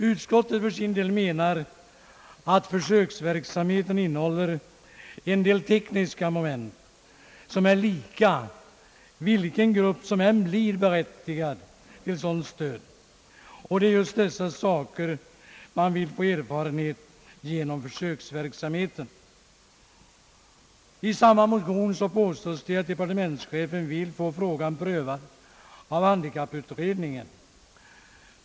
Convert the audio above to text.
Utskottet menar för sin del att försöksverksamheten innehåller en del tekniska moment som är lika vilken grupp som än blir berättigad till ett sådant stöd, och det är just sådana saker som man vill få erfarenhet av genom försöksverksamheten. I samma motion påstås att departementschefen vill få frågan prövad av handikapputredningen.